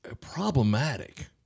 problematic